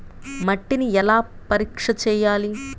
మట్టిని ఎలా పరీక్ష చేయాలి?